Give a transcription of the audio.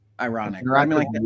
ironic